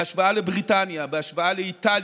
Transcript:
בהשוואה לבריטניה, בהשוואה לאיטליה,